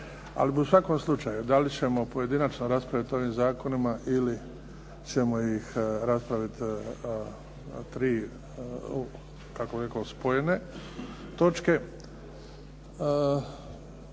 bi u svakom slučaju da li ćemo pojedinačno raspraviti o ovim zakonima ili ćemo ih raspraviti spojene točke.